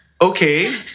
Okay